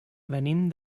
venim